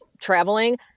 traveling –